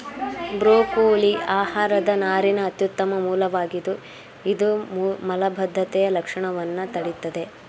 broccoli ಆಹಾರದ ನಾರಿನ ಅತ್ಯುತ್ತಮ ಮೂಲವಾಗಿದೆ ಇದು ಮಲಬದ್ಧತೆಯ ಲಕ್ಷಣವನ್ನ ತಡಿತದೆ